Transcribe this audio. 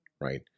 right